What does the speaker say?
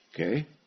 Okay